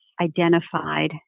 identified